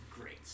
great